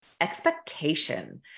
expectation